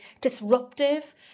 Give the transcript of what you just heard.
disruptive